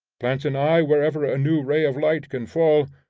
plants an eye wherever a new ray of light can fall,